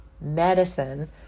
medicine